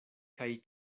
kaj